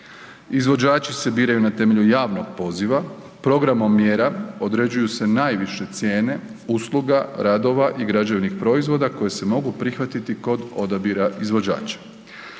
Izvođači se biraju na temelju javnog poziva, programom mjera određuju se najviše cijene usluga, radova i građevnih proizvoda koji se mogu prihvatiti kod odabira izvođača.